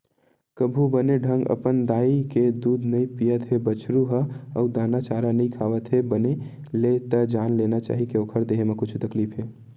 कभू बने ढंग अपन दाई के दूद नइ पियत हे बछरु ह अउ दाना चारा नइ खावत हे बने ले त जान लेना चाही के ओखर देहे म कुछु तकलीफ हे